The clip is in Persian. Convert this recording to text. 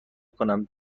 کنم